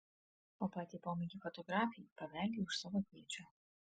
o patį pomėgį fotografijai paveldėjau iš savo tėčio